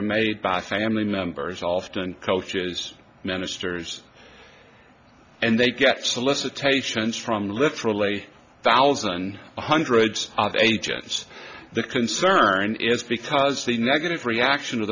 are made by family members often coaches ministers and they get solicitations from literally thousand one hundred agents the concern is because the negative reaction